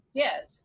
yes